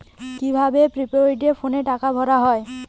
কি ভাবে প্রিপেইড ফোনে টাকা ভরা হয়?